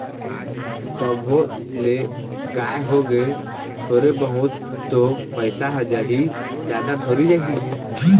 तभो ले काय होगे थोरे बहुत तो पइसा ह जाही जादा थोरी जाही